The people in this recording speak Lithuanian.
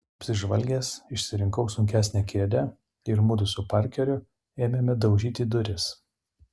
apsižvalgęs išsirinkau sunkesnę kėdę ir mudu su parkeriu ėmėme daužyti duris